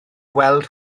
gweld